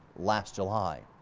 last july.